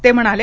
ते म्हणाले